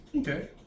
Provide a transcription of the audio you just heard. Okay